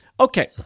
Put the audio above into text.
Okay